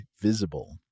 Visible